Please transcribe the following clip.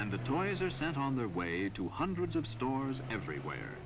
the toys are sent on their way to hundreds of stores everywhere